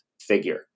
figure